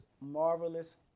Marvelous